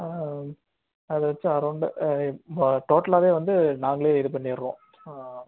ஆ அது வச்சு அரௌண்டு டோட்டலாகவே வந்து நாங்களே இது பண்ணிடுறோம்